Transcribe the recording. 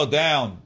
down